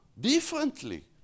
differently